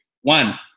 one